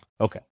Okay